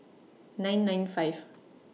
nine nine five